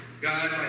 God